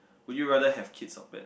would you rather have kids or pets